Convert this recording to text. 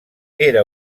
era